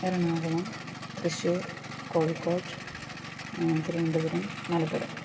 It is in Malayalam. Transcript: എറണാകുളം തൃശ്ശൂർ കോഴിക്കോട് തിരുവനന്തപുരം മലപ്പുറം